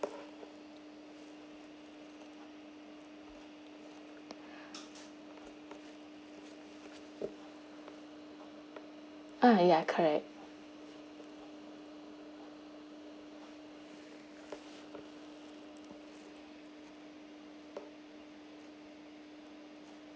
uh yeah correct